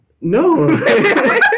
no